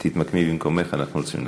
תתמקמי במקומך, אנחנו רוצים להצביע.